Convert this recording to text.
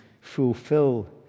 fulfill